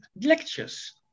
lectures